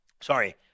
sorry